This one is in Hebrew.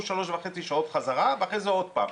שלוש וחצי שעות חזרה ואחרי זה עוד פעם.